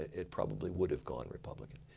it probably would have gone republican.